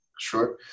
Sure